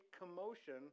commotion